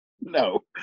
No